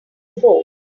ago